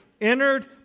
entered